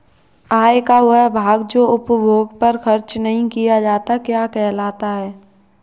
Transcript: आय का वह भाग जो उपभोग पर खर्च नही किया जाता क्या कहलाता है?